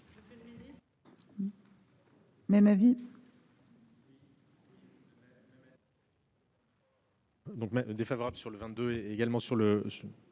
Même avis.